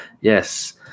Yes